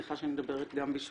קארין, סליחה שאני מדברת גם בשמך.